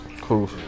cool